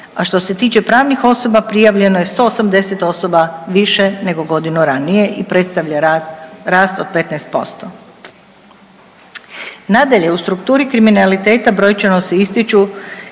a što se tiče pravnih osoba prijavljeno je 180 osoba više nego godinu ranije i predstavlja rast od 15%. Nadalje, u strukturi kriminaliteta brojčano se ističu